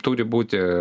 turi būti